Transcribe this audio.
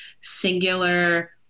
singular